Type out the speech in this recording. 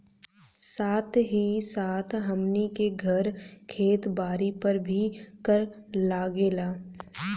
साथ ही साथ हमनी के घर, खेत बारी पर भी कर लागेला